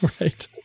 Right